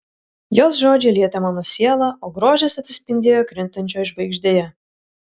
jos žodžiai lietė mano sielą o grožis atsispindėjo krintančioj žvaigždėje